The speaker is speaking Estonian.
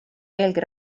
veelgi